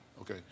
okay